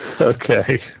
Okay